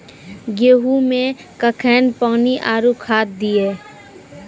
गेहूँ मे कखेन पानी आरु खाद दिये?